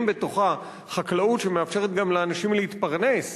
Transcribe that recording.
בתוכה חקלאות שמאפשרת גם לאנשים להתפרנס.